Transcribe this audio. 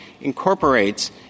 incorporates